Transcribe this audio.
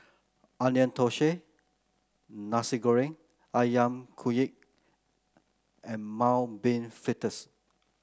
Onion Thosai Nasi Goreng ayam Kunyit and Mung Bean Fritters